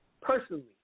personally